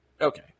Okay